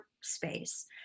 space